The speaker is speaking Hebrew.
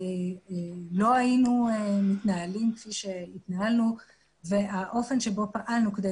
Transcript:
לא היינו מתנהלים כפי שהתנהלנו והאופן שבו פעלנו כדי